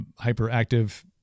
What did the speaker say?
hyperactive